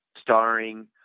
starring